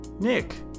Nick